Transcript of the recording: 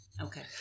Okay